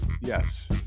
Yes